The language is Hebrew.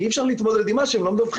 כי אי אפשר להתמודד עם משהו אם לא מדווחים,